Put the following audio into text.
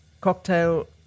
Cocktail